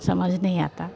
समझ नहीं आता